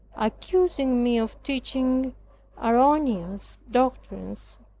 accusing me of teaching erroneous doctrines,